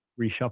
reshuffle